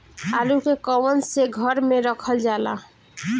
आलू के कवन से घर मे रखल जाला?